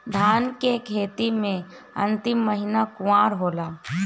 धान के खेती मे अन्तिम महीना कुवार होला?